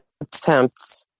attempts